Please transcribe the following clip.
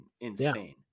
insane